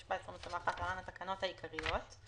התשפ"א-2021 (להלן התקנות העיקריות)